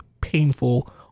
painful